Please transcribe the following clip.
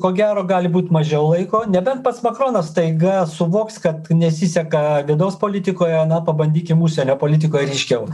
ko gero gali būt mažiau laiko nebent pats makronas staiga suvoks kad nesiseka vidaus politikoje na pabandykim užsienio politikoj ryškiau